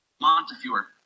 Montefiore